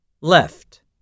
Left